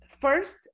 First